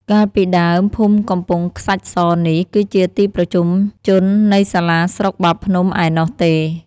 កាលពីដើម ភូមិកំពង់ខ្សាច់ស នេះ គឺជាទីប្រជុំជននៃសាលាស្រុកបាភ្នំឯណោះទេ។